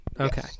Okay